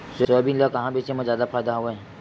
Soybean ल कहां बेचे म जादा फ़ायदा हवय?